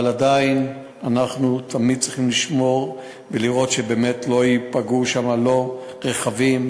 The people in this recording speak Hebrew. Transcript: אבל עדיין אנחנו תמיד צריכים לשמור ולראות שבאמת לא ייפגעו שם לא רכבים,